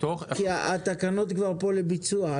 התקנות כבר כאן לביצוע.